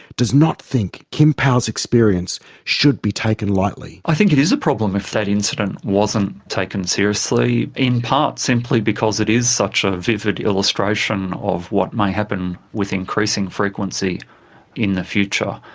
does not think kim powell's experience should be taken lightlyrob sparrow i think it is a problem if that incident wasn't taken seriously, in part simply because it is such a vivid illustration of what may happen with increasing frequency in the future.